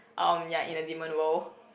um ya in a demon world